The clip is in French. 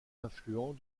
influents